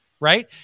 Right